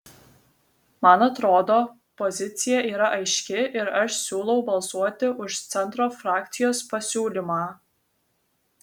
man atrodo pozicija yra aiški ir aš siūlau balsuoti už centro frakcijos pasiūlymą